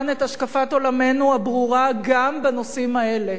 את השקפת עולמנו הברורה גם בנושאים האלה,